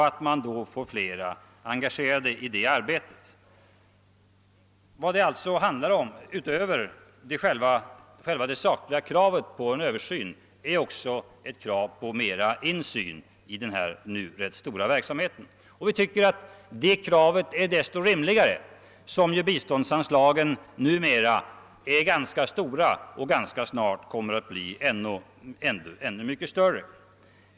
Vad det alltså handlar om, utöver kravet på en Översyn, är ett krav på mera insyn i denna nu rätt stora verksamhet. Vi tycker att detta krav är desto rimligare som <biståndsanslagen nu är ganska stora och snart blir ännu mycket större.